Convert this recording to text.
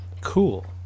Cool